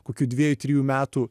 kokių dviejų trijų metų